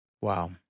Wow